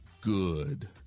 good